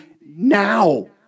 now